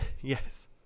Yes